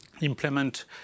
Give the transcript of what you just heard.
implement